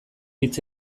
hitz